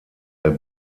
der